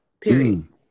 Period